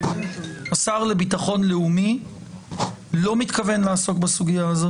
השר לביטחון לאומי לא מתכוון לעסוק בסוגייה הזאת